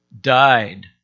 died